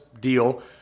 deal